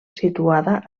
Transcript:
situada